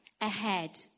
Ahead